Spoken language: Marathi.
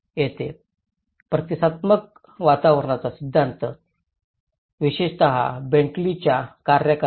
आणि येथे प्रतिसादात्मक वातावरणाचा सिद्धांत विशेषत बेंटलीच्या कार्याचा